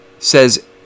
Says